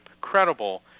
credible